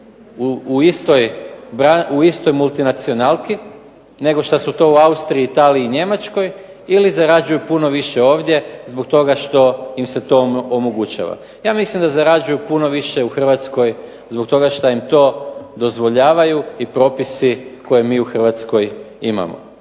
u istoj multinacionalki, nego šta su to u Austriji, Italiji i Njemačkoj, ili zarađuju puno više ovdje zbog toga što im se to omogućava. Ja mislim da zarađuju puno više u Hrvatskoj zbog toga šta im to dozvoljavaju i propisi koje mi u Hrvatskoj imamo.